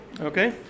Okay